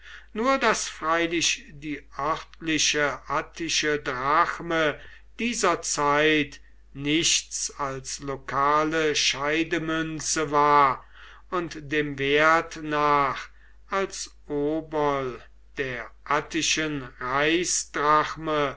nur daß freilich die örtliche attische drachme dieser zeit nichts als lokale scheidemünze war und dem wert nach als obol der attischen